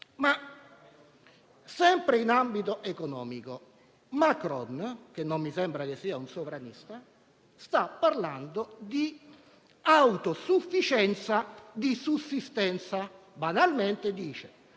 Sempre in ambito economico, Macron - che non mi sembra un sovranista - sta parlando di autosufficienza e di sussistenza. Banalmente dice: